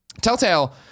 Telltale